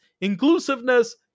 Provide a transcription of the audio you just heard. inclusiveness